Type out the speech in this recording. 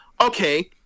okay